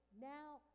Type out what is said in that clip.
now